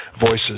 voices